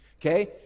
okay